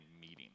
meeting